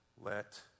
let